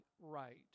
right